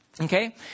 Okay